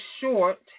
short